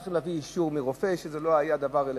צריכים להביא אישור מרופא, שזה לא היה רלוונטי.